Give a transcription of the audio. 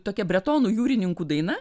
tokia bretonų jūrininkų daina